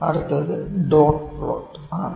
അടുത്തത് dot plot ആണ്